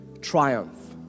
triumph